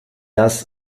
das